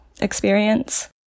experience